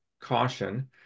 caution